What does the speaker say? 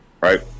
right